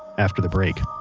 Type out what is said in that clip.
after the break